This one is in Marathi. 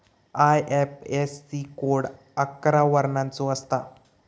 आय.एफ.एस.सी कोड अकरा वर्णाचो असता